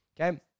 okay